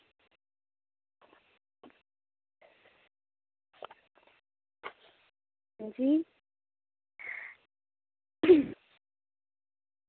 हां जी